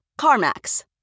CarMax